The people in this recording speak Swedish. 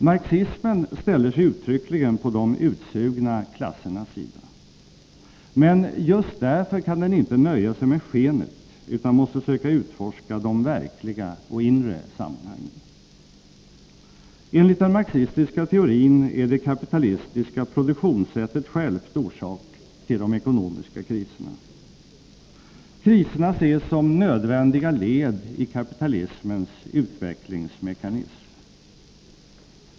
Marxismen ställer sig uttryckligen på de utsugna klassernas sida. Men just därför kan den inte nöja sig med skenet, utan måste söka utforska de verkliga och inre sammanhangen. Enligt den marxistiska teorin är det kapitalistiska produktionssättet självt orsak till de ekonomiska kriserna. Kriserna ses som nödvändiga led i kapitalismens utvecklingsmekanism.